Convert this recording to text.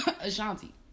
Ashanti